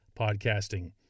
Podcasting